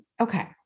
okay